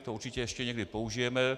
To určitě ještě někdy použijeme.